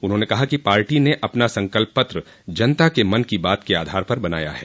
उन्होंने कहा कि पार्टी ने अपना संकल्प पत्र जनता के मन की बात के आधार पर बनाया है